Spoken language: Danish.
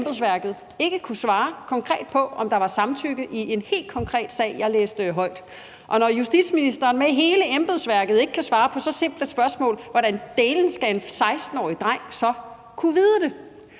læste højt, ikke kunne svare konkret på, om der var samtykke, og når justitsministeren sammen med hele embedsværket ikke kan svare på så simpelt et spørgsmål, hvordan dælen skal en 16-årig dreng så kunne vide det?